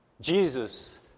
Jesus